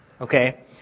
Okay